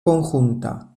conjunta